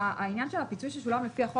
עניין הפיצוי ששולם לפי החוק,